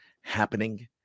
happening